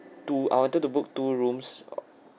two I wanted to book two rooms uh